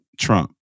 Trump